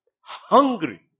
hungry